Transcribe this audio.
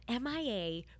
MIA